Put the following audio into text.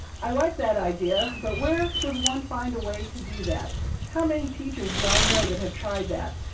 i like that idea, but where does one find a way to do that? how many teachers do i know that have tried that?